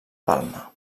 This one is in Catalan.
palma